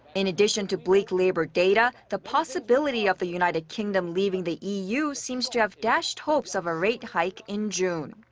in addition to bleak labor data, the possibility of the united kingdom leaving the eu seems to have dashed hopes of a rate hike in june.